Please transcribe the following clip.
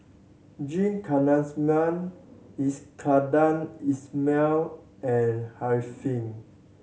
G Kandasamy Iskandar Ismail and Arifin